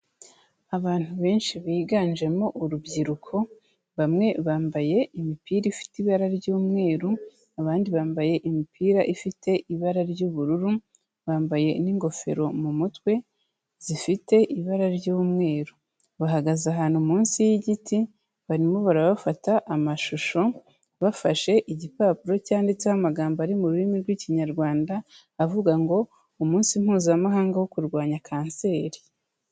Abantu benshi biganjemo urubyiruko bamwe bambaye imipira ifite ibara ry'umweru, abandi bambaye imipira ifite ibara ry'ubururu, bambaye n'ingofero mu mutwe zifite ibara ry'umweru, bahagaze ahantu munsi y'igiti barimo barabafata amashusho bafashe igipapuro cyanditseho amagambo ari mu rurimi rw'Ikinyarwanda, avuga ngo umunsi mpuzamahanga wo kurwanya Kanseri.